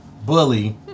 bully